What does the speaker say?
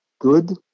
good